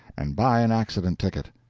and buy an accident ticket.